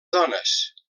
dones